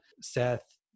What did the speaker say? Seth